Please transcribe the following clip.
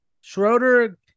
Schroeder